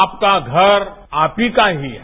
आपका घर आप ही का ही है